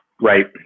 Right